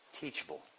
teachable